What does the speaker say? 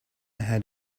had